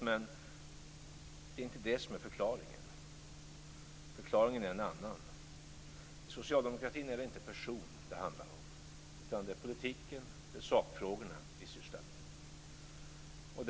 Men det är inte det som är förklaringen, utan förklaringen är en annan. I socialdemokratin är det inte person det handlar om, utan det är politiken, sakfrågorna, vi sysslar med.